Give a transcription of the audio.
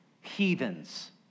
heathens